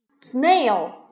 Snail